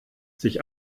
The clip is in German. sich